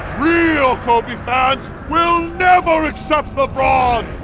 real kobe fans will never accept ah